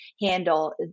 handle